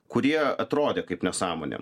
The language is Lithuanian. kurie atrodė kaip nesąmonė